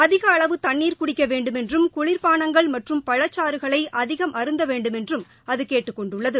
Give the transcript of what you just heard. அதிகஅளவு தண்ணீர் குடிக்கவேண்டுமென்றும் குளியாதனங்கள் மற்றும பழச்சாறுகளைஅதிகம் அருந்தவேண்டுமென்றும் அதுகேட்டுக் கொண்டுள்ளது